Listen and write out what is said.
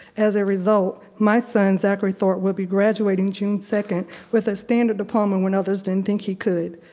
as a result, my son zachary thort will be graduating june second with a standard diploma when others didn't think he could.